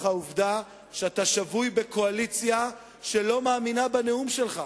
העובדה שאתה שבוי בקואליציה שלא מאמינה בנאום שלך,